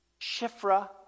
Shifra